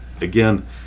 Again